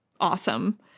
awesome